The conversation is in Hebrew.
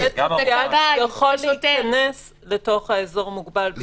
עובד סוציאלי יכול להיכנס לתוך האזור המוגבל בשביל לתת סיוע,